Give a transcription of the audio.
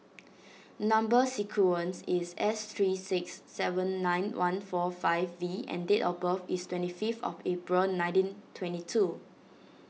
Number Sequence is S three six seven nine one four five V and date of birth is twenty fifth of April nineteen twenty two